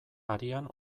arian